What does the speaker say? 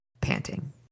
panting